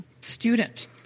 student